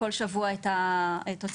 כל שבוע את התוצאות,